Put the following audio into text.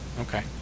Okay